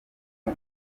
uba